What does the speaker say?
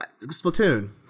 splatoon